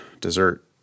dessert